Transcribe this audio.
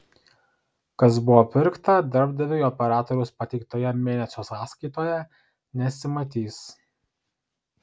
kas buvo pirkta darbdaviui operatoriaus pateiktoje mėnesio sąskaitoje nesimatys